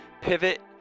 pivot